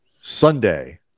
Sunday